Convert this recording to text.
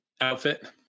outfit